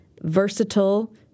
versatile